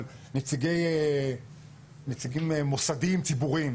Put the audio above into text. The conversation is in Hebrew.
אבל נציגים מוסדיים ציבוריים,